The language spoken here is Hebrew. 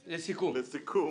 בבקשה.